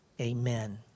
amen